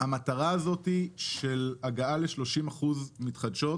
המטרה הזאת של הגעה ל-30 אחוזים אנרגיות מתחדשות